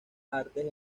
artes